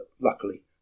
luckily